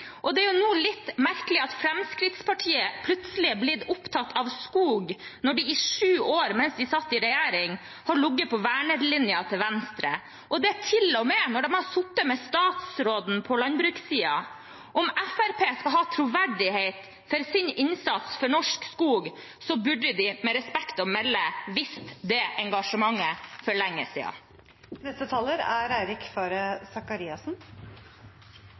nå plutselig er blitt opptatt av skog når de i sju år, mens de satt i regjering, har ligget på vernelinjen til Venstre, og det til og med når de har sittet med statsråden på landbrukssiden. Om Fremskrittspartiet skal ha troverdighet for sin innsats for norsk skog, burde de med respekt å melde vist det engasjementet for lenge siden. Eg kan ikkje lova gull, men eg kan lova grøne skogar. Noko av det som er